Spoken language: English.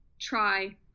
try